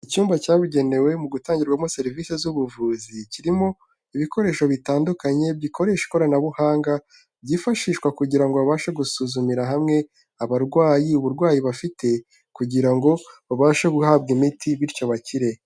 Icyumba cyabugenewe mu gutangirwamo serivisi z'ubuvuzi kirimo ibikoresho bitandukanye bikoresha ikoranabuhanga, byifashishwa kugirango ngo babashe gusuzumira hamwe abarwayi uburwayi bafite, kugira ngo babashe guhabwa imiti bityo abakire.